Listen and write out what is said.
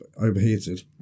overheated